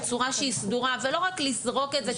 בצורה שהיא סדורה ולא רק לזרוק את זה,